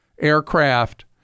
aircraft